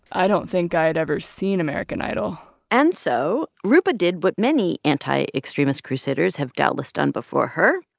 i don't think i'd ever seen american idol. and so roopa did what many anti-extremist crusaders have doubtless done before her,